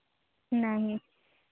नहीं